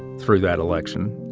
through that election,